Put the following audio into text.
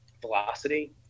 velocity